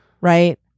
right